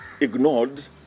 ignored